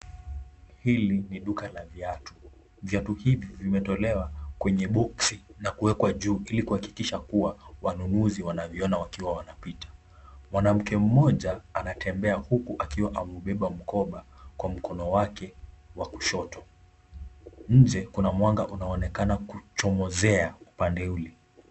Hili ni duka la viati. Viatu hivi vimetolewa kwenye boxi na kuwekwa juu ili kuhakikisha wanunuzi wanaviona wakiwa wanapita. Mwanamke mmoja anatembea huku akiwa anabeba mkoba kwa mkono wake wa kushoto. Nje kuna mwanga unaoonekana kuchomozea upande ule.